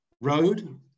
road